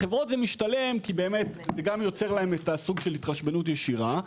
לחברות זה משתלם כי באמת זה גם יוצר להם את הסוג של התחשבנות ישירה,